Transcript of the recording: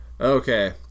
Okay